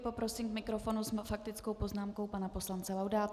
Poprosím k mikrofonu s faktickou poznámkou pana poslance Laudáta.